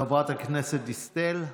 חברת הכנסת דיסטל,